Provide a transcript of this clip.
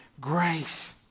grace